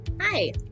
Hi